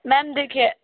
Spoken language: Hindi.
मेम देखिए